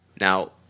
Now